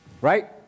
right